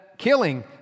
killing